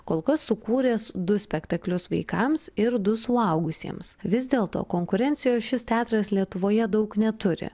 kol kas sukūręs du spektaklius vaikams ir du suaugusiems vis dėl to konkurencijos šis teatras lietuvoje daug neturi